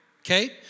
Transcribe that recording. okay